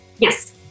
yes